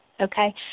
okay